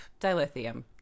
Dilithium